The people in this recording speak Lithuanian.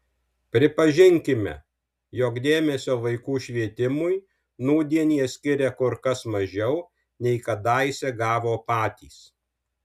pripažinkime jog dėmesio vaikų švietimui nūdien jie skiria kur kas mažiau nei kadaise gavo patys